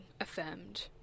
affirmed